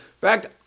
fact